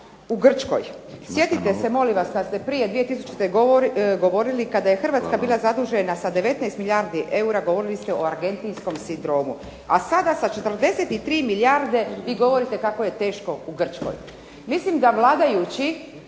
u Grčkoj. Sjetite se molim vas kad ste prije 2000. govorili kada je Hrvatska bila zadužena sa 19 milijardi eura, govorili ste o argentinskom sindromu, a sada sa 43 milijarde vi govorite kako je teško u Grčkoj. Mislim da vladajući